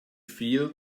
feel